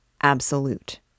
absolute